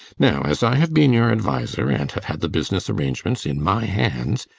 now, as i have been your adviser, and have had the business arrangements in my hands,